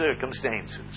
circumstances